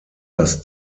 das